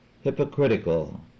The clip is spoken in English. hypocritical